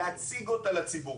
להציג אותה לציבור,